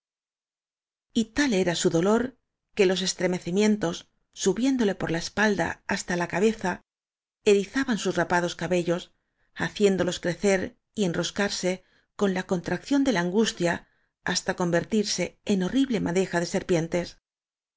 tal era su dolor que los extremecimientos subiéndole por la espalda hasta la cabeza ñ erizaban sus rapados cabellos haciéndolos cre cer y enroscarse con la contracción de la an gustia hasta convertirse en horrible madeja de serpientes